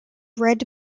red